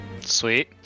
Sweet